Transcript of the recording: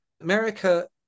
America